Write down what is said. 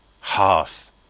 HALF